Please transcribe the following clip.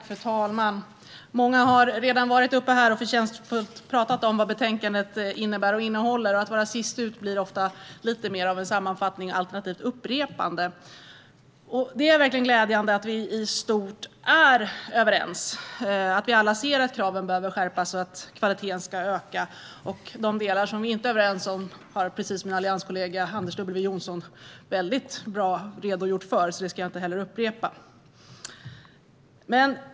Fru talman! Många har redan varit uppe här och förtjänstfullt talat om vad betänkandet innehåller. Att vara sist ut innebär ofta att man får göra något av en sammanfattning, alternativt en upprepning. Det är verkligen glädjande att vi i stort är överens och att vi alla ser att kraven behöver skärpas och kvaliteten öka. De delar som vi inte är överens om har precis min allianskollega Anders W Jonsson bra redogjort för, så det ska jag inte upprepa.